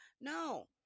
No